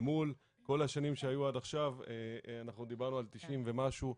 מול כל השנים שהיו עד עכשיו ודיברנו על 90 ומשהו.